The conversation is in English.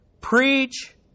Preach